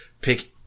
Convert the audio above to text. Pick